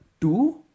two